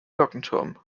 glockenturm